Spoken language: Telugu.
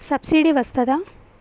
సబ్సిడీ వస్తదా?